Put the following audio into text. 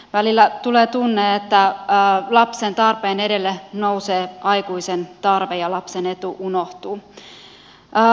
välillä tulee tunne että lapsen tarpeen edelle nousee aikuisen tarve ja lapsen etu unohtuu